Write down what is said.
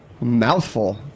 mouthful